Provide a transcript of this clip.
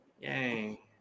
yay